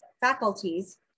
faculties